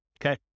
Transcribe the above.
Okay